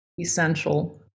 essential